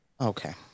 okay